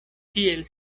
tiel